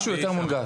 משהו יותר מונגש.